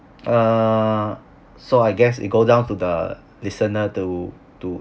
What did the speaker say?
err so I guess it go down to the listener to to